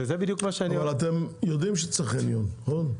אבל אתם יודעים שצריך חניון, נכון?